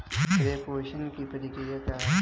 प्रेषण की प्रक्रिया क्या है?